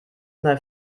mal